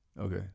Okay